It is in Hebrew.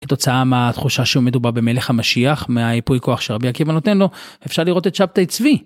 כתוצאה מהתחושה שהוא... מדובר במלך המשיח, מהיפוי כוח שרבי עקיבא נותן לו, אפשר לראות את שבתאי צבי.